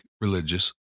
religious